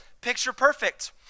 picture-perfect